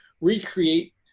recreate